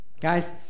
Guys